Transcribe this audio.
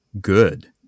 good